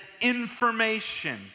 information